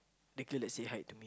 that girl that say Hi to me